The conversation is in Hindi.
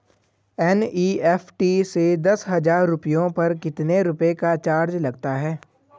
एन.ई.एफ.टी से दस हजार रुपयों पर कितने रुपए का चार्ज लगता है?